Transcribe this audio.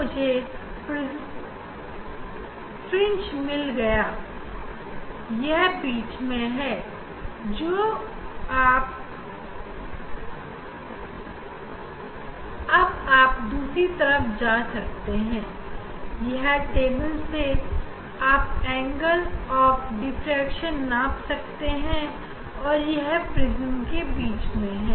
मुझे यहां केंद्र वाली फ्रिंज रही है और अगर अब हम इससे दूसरी तरफ जाएं तो इससे हम केंद्र वाली फ्रिंज से डिफ्रेक्शन का कोण नाप सकते है